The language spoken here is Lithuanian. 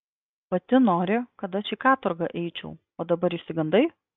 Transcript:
pati nori kad aš į katorgą eičiau o dabar išsigandai